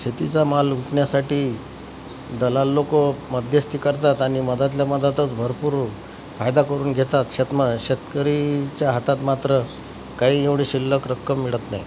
शेतीचा माल हुटण्यासाठी दलाल लोक मध्यस्थी करतात आणि मधातल्या मधातच भरपूर फायदा करून घेतात शेतमा शेतकऱ्याच्या हातात मात्र काही एवढी शिल्लक रक्कम मिळत नाही